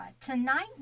Tonight